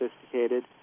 sophisticated